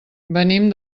venim